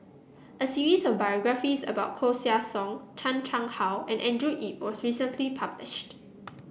a series of biographies about Koeh Sia Yong Chan Chang How and Andrew Yip was recently published